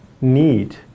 need